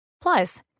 Plus